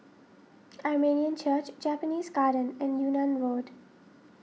Armenian Church Japanese Garden and Yunnan Road